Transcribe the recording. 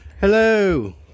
Hello